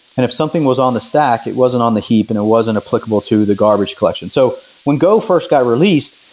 and if something was on the stack, it wasn't on the heap and it wasn't applicable to the garbage collection so when go first got released,